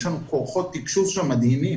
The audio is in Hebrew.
יש לנו שם כוחות תקשוב מדהימים.